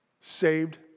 saved